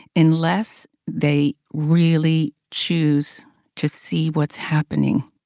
unless they really choose to see what's happening.